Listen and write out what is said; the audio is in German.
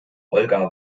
olga